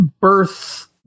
birth